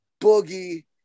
Boogie